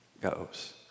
goes